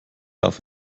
darf